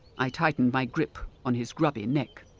i tightened my grip on his grubby neck.